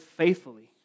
faithfully